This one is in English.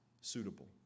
suitable